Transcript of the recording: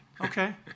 Okay